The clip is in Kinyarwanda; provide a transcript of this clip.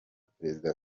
perezida